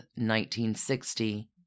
1960